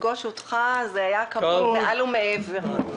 לפגוש אותך היה כבוד מעל ומעבר.